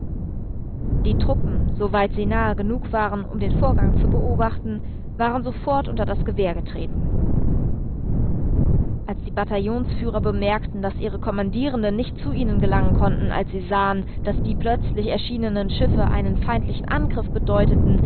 die truppen soweit sie nahe genug waren um den vorgang zu beobachten waren sofort unter das gewehr getreten als die bataillonsführer bemerkten daß ihre kommandierenden nicht zu ihnen gelangen konnten als sie sahen daß die plötzlich erschienenen schiffe einen feindlichen angriff bedeuteten